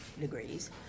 degrees